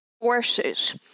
forces